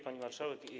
Pani Marszałek!